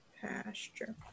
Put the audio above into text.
pasture